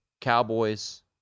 Cowboys